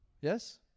Yes